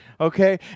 okay